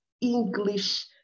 English